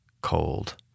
Cold